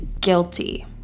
guilty